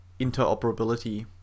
interoperability